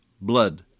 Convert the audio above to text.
blood